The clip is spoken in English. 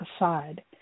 aside